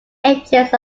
agents